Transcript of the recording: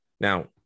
now